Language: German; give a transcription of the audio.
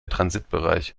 transitbereich